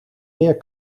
meer